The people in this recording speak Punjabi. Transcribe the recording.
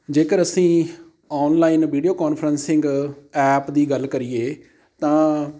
ਜੇਕਰ ਅਸੀਂ ਔਨਲਾਈਨ ਵੀਡੀਓ ਕੌਨਫਰਸਿੰਗ ਐਪ ਦੀ ਗੱਲ ਕਰੀਏ ਤਾਂ